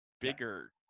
bigger